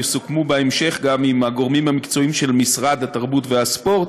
יסוכמו בהמשך גם עם הגורמים המקצועיים של משרד התרבות והספורט